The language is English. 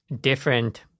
different